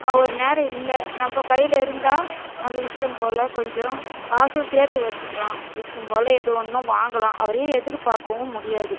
ஒரு நேரம் இல்லை நம்ப கையில இருந்தால் நம்ப இஷ்டம் போல் கொஞ்சம் காசை சேர்த்து வச்சுக்கிலாம் இஷ்டம் போல் எது வேணுமோ வாங்கலாம் அவரையே எதிர்பாக்கவும் முடியாது